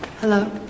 Hello